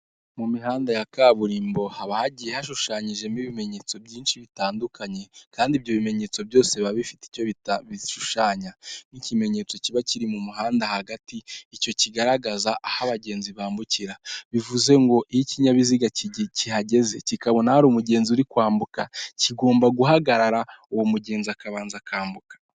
Mu mihanda ya kaburimbo, haba hagiye hashushanyijemo ibimenyetso byinshi bitandukanye kandi ibyo bimenyetso byose biba bifite icyo bishushanya nk'ikimenyetso kiba kiri mu muhanda hagati, icyo kigaragaza aho abagenzi bambukira, bivuze ngo iyo ikinyabiziga kihageze kikabona hari umugenzi uri kwambuka, kigomba guhagarara uwo mugenzi akabanza akambuka.